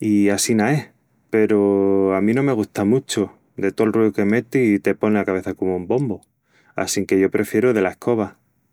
I assina es, peru a mí no me gusta muchu de tol ruiu que meti i te pon la cabeça comu un bombu assínque yo prefieru dela escoba.